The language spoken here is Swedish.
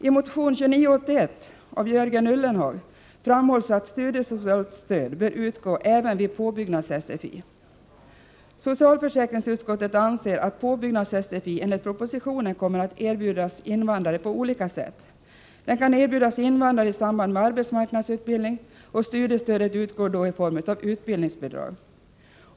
I motion 2981 av Jörgen Ullenhag framhålls att studiesocialt stöd bör utgå även vid påbyggnads-SFI. Utskottet konstaterar att påbyggnads-SFI enligt propositionen kommer att erbjudas invandrare på olika sätt. Den kan erbjudas invandrare i samband med arbetsmarknadsutbildning, och studiestödet utgår då i form av utbildningsbidrag.